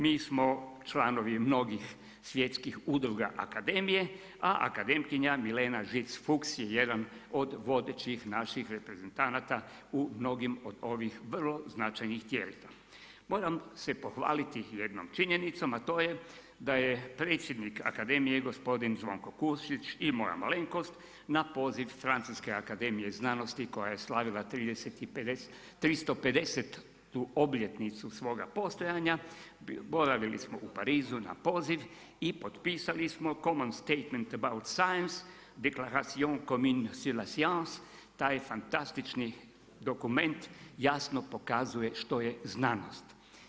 Mi smo članovi mnogih svjetskih udruga akademije a akademkinja Milena Žic Fucks je jedan od vodećih naših reprezentanata u mnogim od ovih vrlo značajnih … Moram se pohvaliti jednom činjenicom a to je da je predsjednik Akademije gospodin Zvonko Kusić i moja malenkost na poziv Francuske akademije znanosti koja je slavila 350.-tu obljetnicu svoga postojanja, boravili smo u Parizu na poziv i potpisali smo Common statement about science deklaration … jasno pokazuje što je znanost.